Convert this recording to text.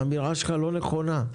האמירה שלך לא נכונה.